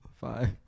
five